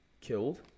killed